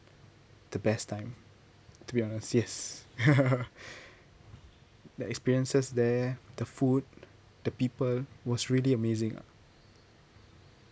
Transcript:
the best time to be honest yes the experiences there the food the people was really amazing lah